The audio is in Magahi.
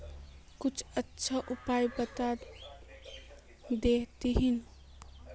कुछ अच्छा उपाय बता देतहिन?